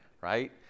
right